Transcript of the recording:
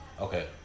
okay